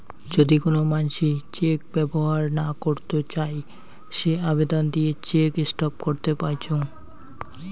যদি কোন মানসি চেক ব্যবহর না করত চাই সে আবেদন দিয়ে চেক স্টপ করত পাইচুঙ